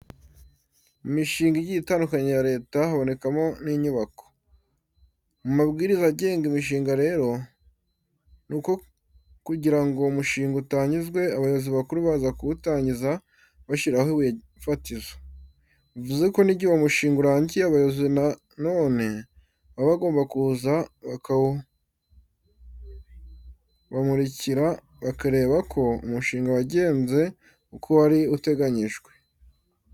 Mu mishinga igiye itandukanye ya Leta habonekamo n'inyubako. Mu mabwiriza agenga imishinga rero, nuko kugira ngo umushinga utangizwe abayobozi bakuru baza kuwutangiza bashyiraho ibuye fatizo. Bivuze ko n'igihe uwo mushinga urangiye abayobozi na none baba bagomba kuza bakawubamurikira bakareba ko umushinga wagenze uko wari uteganijwe.